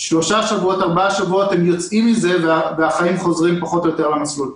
3 4 שבועות הם יוצאים מזה והחיים חוזרים פחות או יותר למסלול.